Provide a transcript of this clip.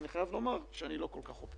אני חייב בלומר שאני לא כל כך אופטימי.